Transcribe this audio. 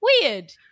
weird